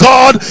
God